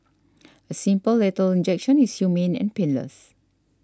a simple lethal injection is humane and painless